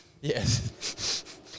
Yes